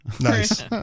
nice